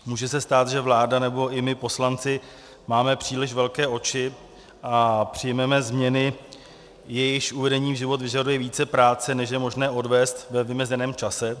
Může se stát, že vláda, nebo i my poslanci máme příliš velké oči a přijmeme změny, jejichž uvedení v život vyžaduje více práce, než je možné odvést ve vymezeném čase.